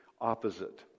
opposite